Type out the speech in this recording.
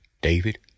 David